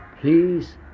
please